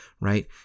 right